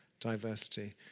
diversity